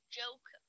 joke